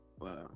Wow